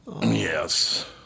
Yes